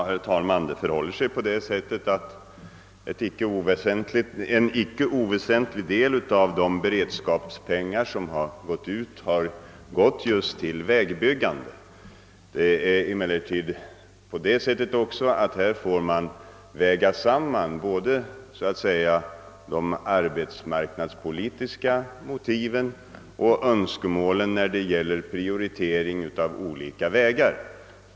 Herr talman! Det förhåller sig på det sättet att en icke oväsentlig del av anslagen till beredskapsarbeten har gått just till vägbyggande. Man får emellertid väga samman de arbetsmarknadspolitiska motiven med önskemålen när det gäller prioritering av olika vägar.